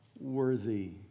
worthy